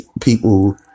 people